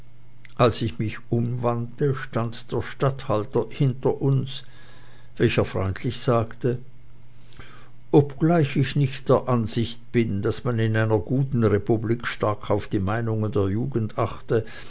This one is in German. als ich mich umwandte stand der statthalter hinter uns welcher freundlich sagte obgleich ich nicht der ansicht bin daß man in einer guten republik stark auf die meinungen der jugend achte